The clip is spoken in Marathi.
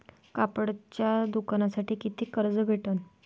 कापडाच्या दुकानासाठी कितीक कर्ज भेटन?